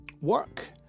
Work